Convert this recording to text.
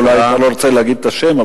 אולי אתה לא רוצה להגיד את השם,